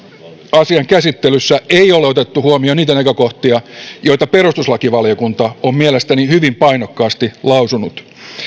asian käsittelyssä ei ole otettu huomioon niitä näkökohtia joita perustuslakivaliokunta on mielestäni hyvin painokkaasti lausunut